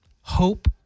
hope